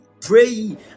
pray